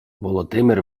володимир